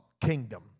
kingdom